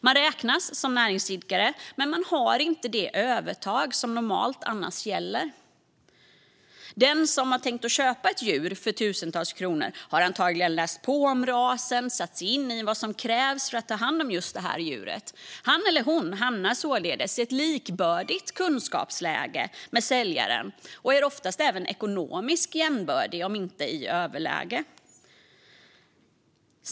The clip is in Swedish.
Man räknas som näringsidkare, men man har inte det övertag som normalt annars gäller. Den som har tänkt att köpa ett djur för tusentals kronor har antagligen läst på om rasen och satt sig in i vad som krävs för att ta hand om just detta djur. Han eller hon hamnar således i ett kunskapsläge som är likvärdigt med säljarens och är oftast även ekonomiskt jämbördig, om inte i överläge.